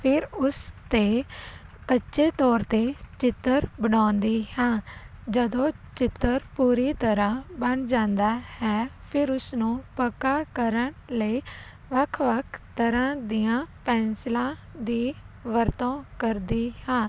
ਫਿਰ ਉਸ 'ਤੇ ਕੱਚੇ ਤੌਰ 'ਤੇ ਚਿੱਤਰ ਬਣਾਉਂਦੀ ਹਾਂ ਜਦੋਂ ਚਿੱਤਰ ਪੂਰੀ ਤਰ੍ਹਾਂ ਬਣ ਜਾਂਦਾ ਹੈ ਫਿਰ ਉਸਨੂੰ ਪੱਕਾ ਕਰਨ ਲਈ ਵੱਖ ਵੱਖ ਤਰ੍ਹਾਂ ਦੀਆਂ ਪੈਂਸਲਾਂ ਦੀ ਵਰਤੋਂ ਕਰਦੀ ਹਾਂ